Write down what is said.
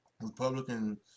Republican